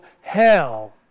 hell